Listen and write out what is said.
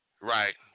Right